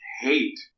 Hate